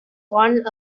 one